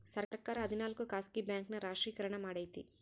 ಸರ್ಕಾರ ಹದಿನಾಲ್ಕು ಖಾಸಗಿ ಬ್ಯಾಂಕ್ ನ ರಾಷ್ಟ್ರೀಕರಣ ಮಾಡೈತಿ